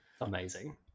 Amazing